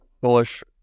bullish